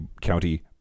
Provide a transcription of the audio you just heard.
county